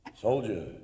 Soldier